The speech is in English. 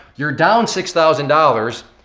you're down six thousand dollars,